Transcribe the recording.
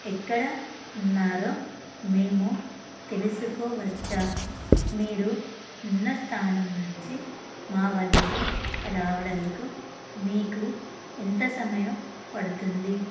ఎక్కడ ఉన్నారో మేము తెలుసుకోవచ్చా మీరు ఉన్న స్థానం నుంచి మా వద్దకి రావడానికి మీకు ఎంత సమయం పడుతుంది